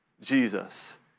Jesus